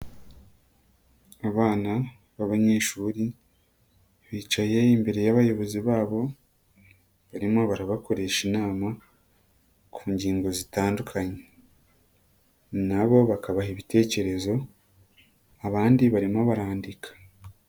Abana b'abanyeshuri bicaye imbere y'abayobozi babo, barimo barabakoresha inama ku ngingo zitandukanye nabo bakabaha ibitekerezo, abandi barimo barandika.